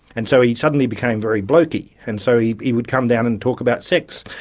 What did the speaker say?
and so he suddenly became very blokey. and so he he would come down and talk about sex.